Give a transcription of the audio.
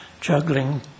juggling